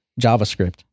JavaScript